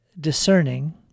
discerning